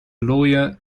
lawyer